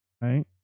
right